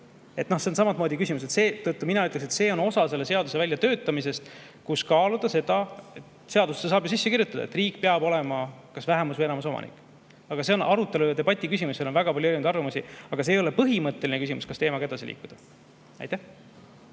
See on samamoodi küsimus. Mina ütleks, et see on osa selle seaduse väljatöötamisest, kus seda kaaluda. Seadusesse saab ju sisse kirjutada, et riik peab olema kas vähemus‑ või enamusomanik. Aga see on arutelu ja debati küsimus. On väga palju eriarvamusi, aga see ei ole põhimõtteline küsimus, kas teemaga edasi liikuda. Jaak